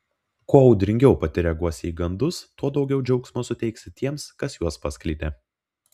kuo audringiau pati reaguosi į gandus tuo daugiau džiaugsmo suteiksi tiems kas juos paskleidė